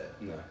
No